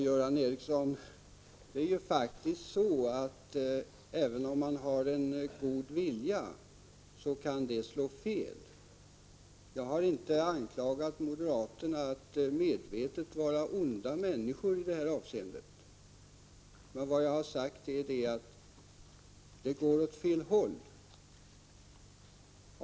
Herr talman! Det är faktiskt så, Göran Ericsson, att även om man har en god vilja kan den slå fel. Jag har inte anklagat moderaterna för att medvetet vara onda människor i detta avseende. Jag har sagt att ni går åt fel håll.